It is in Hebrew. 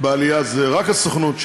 בעלייה זו רק הסוכנות,